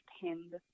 pinned